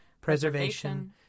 preservation